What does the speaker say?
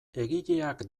egileak